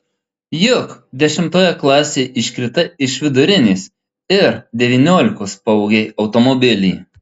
juk dešimtoje klasėje iškritai iš vidurinės ir devyniolikos pavogei automobilį